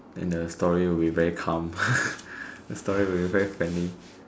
and the story would be very calm the story would be friendly